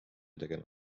tegema